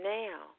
now